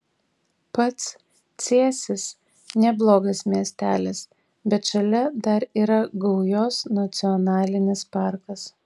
pats cėsis neblogas miestelis bet šalia dar yra gaujos nacionalinis parkas